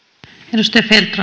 arvoisa